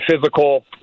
physical